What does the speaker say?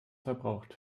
verbraucht